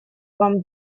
вам